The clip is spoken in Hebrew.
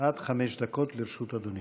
עד חמש דקות לרשות אדוני.